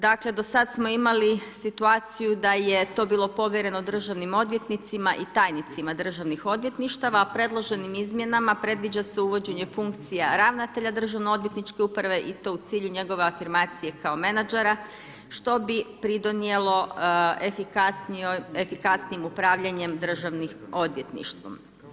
Dakle, do sad smo imali situaciju da je to bilo povjereno državnim odvjetnicima i tajnicima državnih odvjetništava, predloženim izmjenama predviđa se uvođenje funkcija ravnatelja državno-odvjetničke uprave i to u cilju afirmacije kao menadžera što bi pridonijelo efikasnijem upravljanjem državnim odvjetništvom.